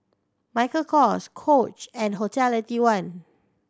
Michael Kors Coach and Hotel Eighty one